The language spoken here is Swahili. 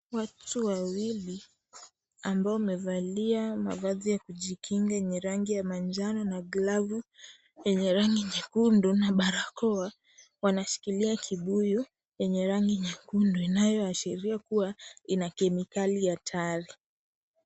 Watu wawili ambao wamevalia mavazi ya kujikinga yenye rangi ya manjano na glavu yenye rangi nyekundu na barakoa wanashikilia kibuyu yenye rangi nyekundu inayoashiria kuwa ina kemikali hatari.